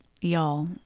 y'all